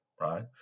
right